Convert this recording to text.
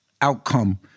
Outcome